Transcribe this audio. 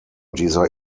dieser